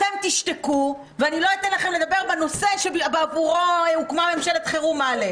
אתם תשתקו ואני לא אתן לכם לדבר בנושא שבעבורו הוקמה ממשלת חירום עאלק.